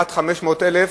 עד 500,000,